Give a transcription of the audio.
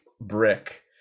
brick